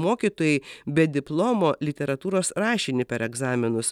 mokytojai be diplomo literatūros rašinį per egzaminus